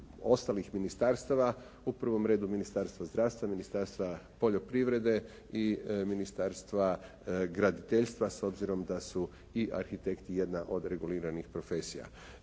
ostalih ministarstava, u prvom redu Ministarstva zdravstva, Ministarstva poljoprivrede i Ministarstva graditeljstva s obzirom da su i arhitekti jedna od reguliranih profesija.